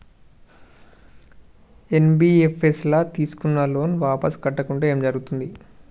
NBFS ల తీస్కున్న loan వాపస్ కట్టకుంటే ఏం జర్గుతది?